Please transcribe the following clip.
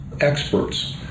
experts